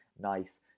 nice